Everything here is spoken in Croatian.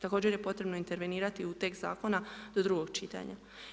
Također je potrebno intervenirati u tekst zakona do drugog čitanja.